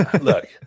look